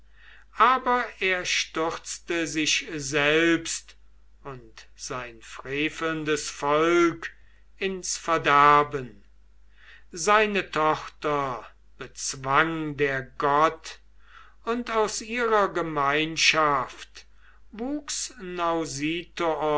aber er stürzte sich selbst und sein frevelndes volk ins verderben seine tochter bezwang der gott und aus ihrer gemeinschaft